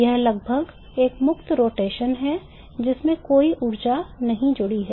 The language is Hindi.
यह लगभग एक मुक्त रोटेशन है जिसमें कोई ऊर्जा नहीं जुड़ी है